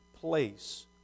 place